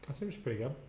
but seems pretty good